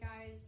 guys